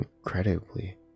incredibly